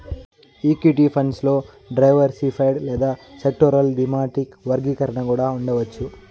equity funds లో diversified లేదా sectoral, thematic వర్గీకరణ కూడా ఉండవచ్చు